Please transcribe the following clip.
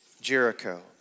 Jericho